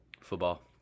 Football